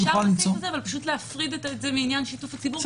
אפשר להכניס את זה אבל להפריד את זה מעניין שיתוף הציבור.